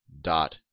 dot